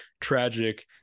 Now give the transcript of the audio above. tragic